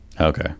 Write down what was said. okay